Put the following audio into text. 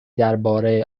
درباره